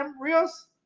Rios